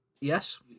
Yes